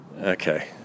Okay